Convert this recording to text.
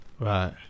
right